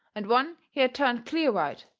and one he had turned clear white,